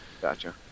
Gotcha